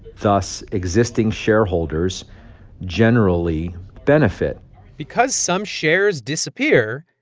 thus, existing shareholders generally benefit because some shares disappear,